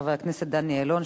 חבר הכנסת דני דנון,